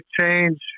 change